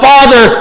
Father